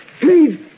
Please